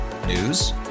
News